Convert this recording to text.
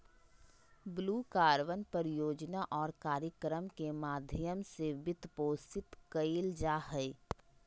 blue carbon परियोजना और कार्यक्रम के माध्यम से वित्तपोषित कइल जा हइ